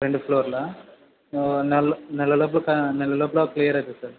రెండు ఫ్లోర్లా నెల నెలలోపు నెలలోపల క్లియర్ అవుతుంది సార్